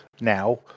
now